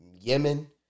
Yemen